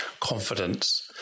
confidence